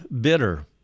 bitter